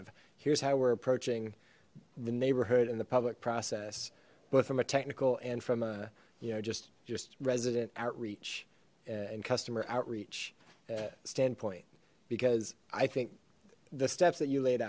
of here's how we're approaching the neighborhood and the public process both from a technical and from a you know just just resident outreach and customer outreach uh standpoint because i think the steps that you laid